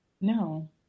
No